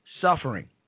suffering